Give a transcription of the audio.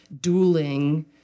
dueling